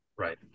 right